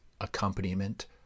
accompaniment